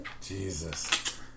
Jesus